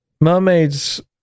mermaids